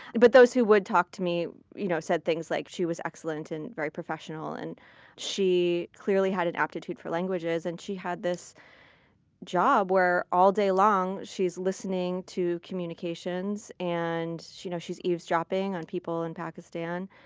but those who would talk to me you know said things like, she was excellent and very professional, and she clearly had an aptitude for languages and she had this job where all day long she's listening to communications and she knows she's eavesdropping on people in pakistan,